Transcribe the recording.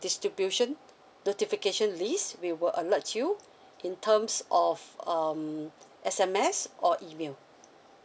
distribution notification list we will alert you in terms of um S_M_S or email